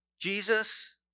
Jesus